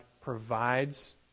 provides